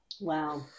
Wow